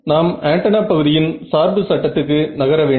நாம் ஆண்டெனா பகுதியின் சார்பு சட்டத்துக்கு நகர வேண்டும்